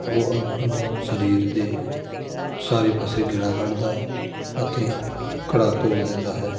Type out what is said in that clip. ਉਹ ਸਰੀਰ ਦੇ ਸਾਰੇ ਪਾਸੇ ਗੇੜਾ ਕੱਢਦਾ ਅਤੇ ਘੜਾ ਤੋੜ ਦਿੰਦਾ ਹੈ